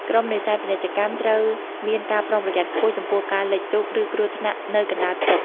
ក្រុមនេសាទពាណិជ្ជកម្មត្រូវមានការប្រុងប្រយ័ត្នខ្ពស់ចំពោះ ការលិចទូក ឬគ្រោះថ្នាក់នៅកណ្តាលទឹក។